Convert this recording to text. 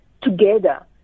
together